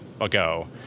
ago